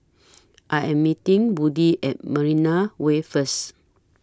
I Am meeting Woody At Marina Way First